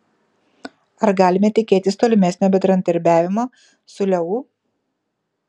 ar galime tikėtis tolimesnio bendradarbiavimo su leu